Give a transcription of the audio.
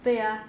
对 ah